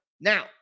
Now